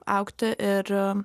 augti ir